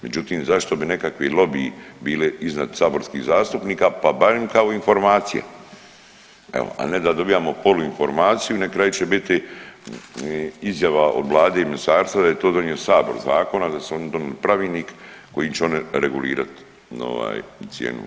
Međutim, zašto bi nekakvi lobiji bili iznad saborskih zastupnika pa barem kao informacije, evo, a ne da dobivamo poluinformaciju i na kraju će biti izjava od vlade i ministarstva da je to donio sabor zakon, a da su oni donijeli pravilnik kojim će oni regulirati cijenu.